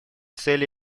цели